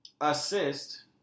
assist